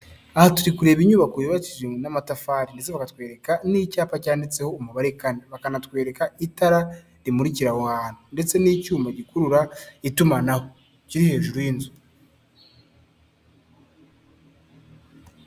Aha turi kureba inyubako yubakishijwe n'amatafari. Ndetse bakatwereka n'icyapa cyanditseho umubare kane. Bakanatwereka itara rimurikira aho hantu, ndetse n'icyuma gikurura itumanaho cyo hejuru y'inzu.